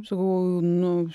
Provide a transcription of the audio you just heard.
sakau nu